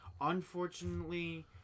Unfortunately